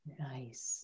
Nice